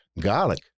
garlic